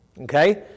Okay